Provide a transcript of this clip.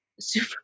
Super